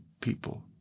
people